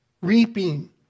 reaping